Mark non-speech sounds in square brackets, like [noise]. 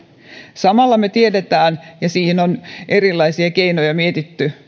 samalla me tiedämme ja siihen on myöskin erilaisia keinoja mietitty [unintelligible]